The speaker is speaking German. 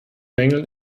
mängel